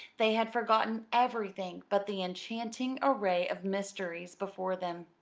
they had forgotten everything but the enchanting array of mysteries before them.